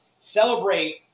Celebrate